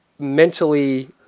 mentally